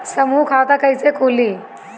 समूह खाता कैसे खुली?